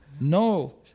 no